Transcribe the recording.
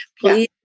Please